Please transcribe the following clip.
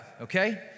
okay